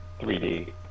3D